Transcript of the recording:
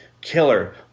killer